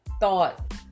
thought